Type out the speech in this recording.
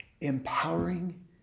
Empowering